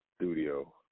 studio